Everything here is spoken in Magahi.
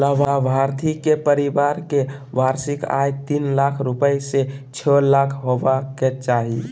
लाभार्थी के परिवार के वार्षिक आय तीन लाख रूपया से छो लाख होबय के चाही